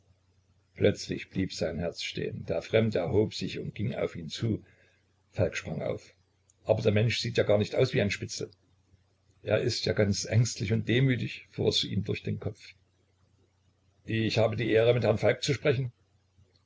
plötzlich blieb sein herz stehen der fremde erhob sich und ging auf ihn zu falk sprang auf aber der mensch sieht ja gar nicht aus wie ein spitzel er ist ja ganz ängstlich und demütig fuhr es ihm durch den kopf ich habe die ehre mit herrn falk zu sprechen